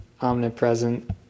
omnipresent